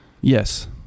Yes